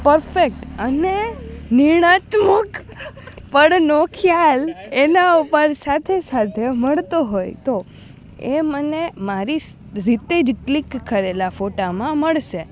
perfect અને નિર્ણાત્મક પળનો ખ્યાલ એના ઉપર સાથે સાથે મળતો હોય તો એ મને મારીશ રીતે જ ક્લિક કરેલા ફોટામાં મળશે